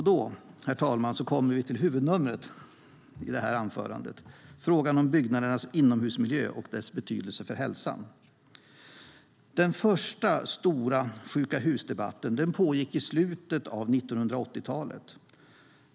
Då, herr talman, kommer vi till huvudnumret i detta anförande, frågan om byggnadernas inomhusmiljö och dess betydelse för hälsan. Den första stora sjuka-hus-debatten pågick i slutet av 1980-talet.